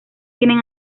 tienen